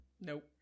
nope